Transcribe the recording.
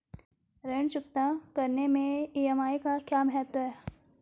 ऋण चुकता करने मैं ई.एम.आई का क्या महत्व है?